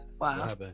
Wow